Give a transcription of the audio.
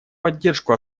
поддержку